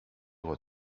what